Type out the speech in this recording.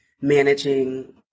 managing